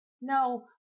no